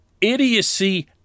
idiocy-